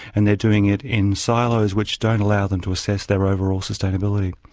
and they're doing it in silos which don't allow them to assess their overall sustainability.